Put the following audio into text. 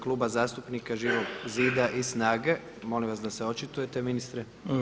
Kluba zastupnika Živog zida i SNAGA-e, molim vas da se očitujete ministre.